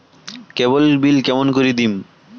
কেবল bill কেমন করি দিম?